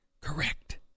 Correct